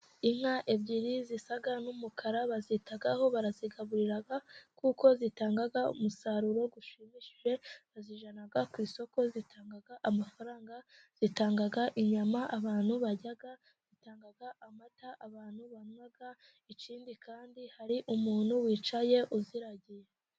Inka ebyiri zisa n'umukara, bazitaho barazigaburira kuko zitanga umusaruro ushimishije, bazijyana ku isoko zitanga amafaranga, zitanga inyama, abantu barya. Zitanga amata abantu banywa, ikindi kandi hari umuntu wicaye uziragiye.